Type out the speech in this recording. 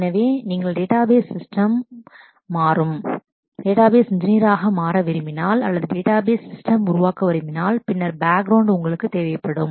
எனவே நீங்கள் database system மாறும் டேட்டாபேஸ் என்ஜினீயர் ஆக Engineer மாற விரும்பினால் அல்லது டேட்டாபேஸ் database சிஸ்டம் உருவாக்க விரும்பினால் பின்னர் பேக்ரவுண்ட் உங்களுக்குத் தேவைப்படும்